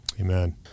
amen